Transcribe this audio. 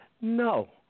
no